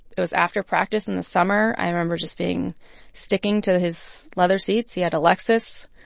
it was after practice in the summer. i remember just being sticking to his leather seats. he had a lexus.